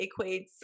equates